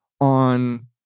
on